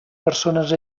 persones